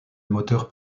moteur